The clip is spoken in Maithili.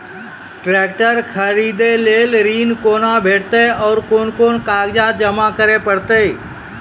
ट्रैक्टर खरीदै लेल ऋण कुना भेंटते और कुन कुन कागजात जमा करै परतै?